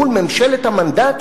מול ממשלת המנדט,